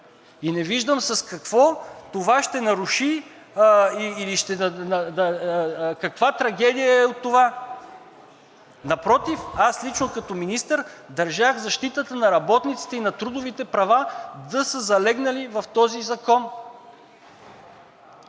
И не виждам с какво това ще наруши или каква трагедия е това. Напротив, аз лично като министър държах защитата на работниците и на трудовите права да са залегнали в този закон.